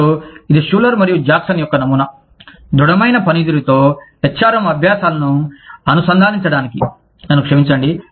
ఇప్పుడు ఇది షులర్ మరియు జాక్సన్ యొక్క నమూనా దృఢ మైన పనితీరుతో HRM అభ్యాసాలను అనుసంధానించడానికి నన్ను క్షమించండి